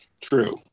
True